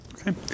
Okay